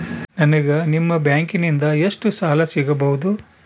ನನಗ ನಿಮ್ಮ ಬ್ಯಾಂಕಿನಿಂದ ಎಷ್ಟು ಸಾಲ ಸಿಗಬಹುದು?